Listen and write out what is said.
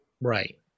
Right